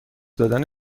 دادن